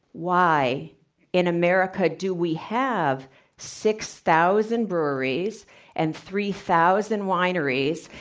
why in america do we have six thousand breweries and three thousand wineries?